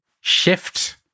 shift